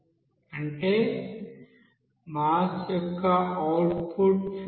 అంటే మాస్ యొక్క output flow rate